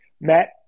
Matt